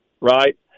right